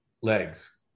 legs